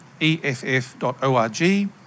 eff.org